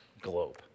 globe